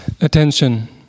Attention